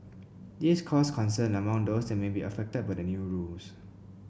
this caused concern among those that may be affected by the new rules